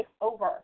over